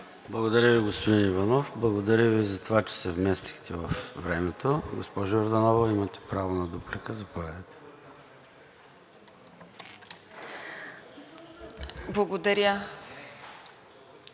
Благодаря Ви, господин Иванов. Благодаря Ви за това, че се вместихте във времето. Госпожо Йорданова, имате право на дуплика, заповядайте. НАДЕЖДА